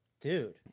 Dude